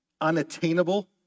unattainable